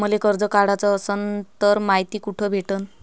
मले कर्ज काढाच असनं तर मायती कुठ भेटनं?